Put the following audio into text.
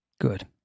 Good